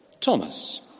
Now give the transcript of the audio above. Thomas